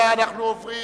אנחנו עוברים